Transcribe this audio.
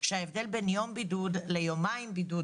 שההבדל בין יום בידוד ליומיים בידוד,